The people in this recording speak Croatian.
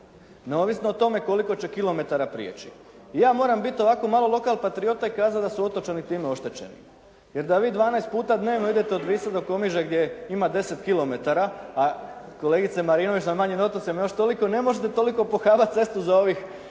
neovisno o tome koliko će kilometara prijeći. Ja moram biti ovako malo lokal patriota i kazati da su otočani time oštećeni jer da vi 12 puta dnevno idete od Visa do Komiže gdje ima 10 kilometara a kolegice Marinović na manjim otocima još toliko ne možete toliko pohabati cestu za ovih